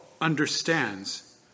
understands